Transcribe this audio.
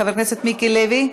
חבר הכנסת מיקי לוי,